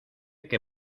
que